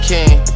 King